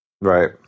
Right